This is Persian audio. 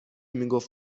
میگفت